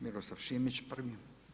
Miroslav Šimić prvi.